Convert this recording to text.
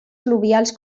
fluvials